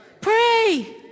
pray